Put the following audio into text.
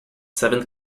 seventh